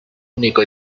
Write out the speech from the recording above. único